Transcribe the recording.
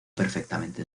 perfectamente